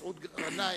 חבר הכנסת מסעוד גנאים